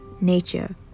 nature